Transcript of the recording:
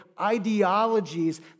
ideologies